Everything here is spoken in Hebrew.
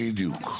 בדיוק.